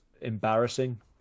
embarrassing